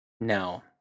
No